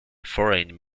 foreign